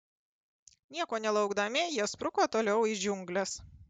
nieko nelaukdami jie spruko toliau į džiungles